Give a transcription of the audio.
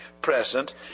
present